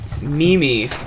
Mimi